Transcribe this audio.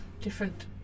different